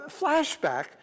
flashback